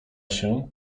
się